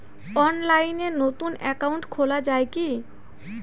অনলাইনে নতুন একাউন্ট খোলা য়ায় কি?